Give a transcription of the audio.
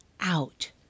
out